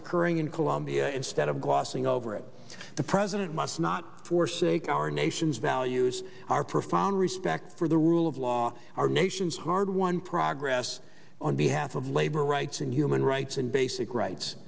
occurring in colombia instead of glossing over it the president must not forsake our nation's values our profound respect for the rule of law our nation's hard won progress on behalf of labor rights and human rights and basic rights